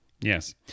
yes